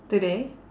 today